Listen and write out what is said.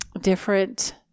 different